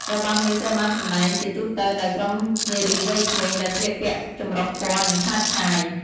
របាំនេះត្រូវបានសម្តែងជាទូទៅដោយក្រុមនារីវ័យក្មេង ដែលស្លៀកពាក់ចម្រុះពណ៌ និងឆើតឆាយ។